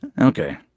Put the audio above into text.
Okay